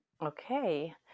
Okay